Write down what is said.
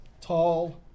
tall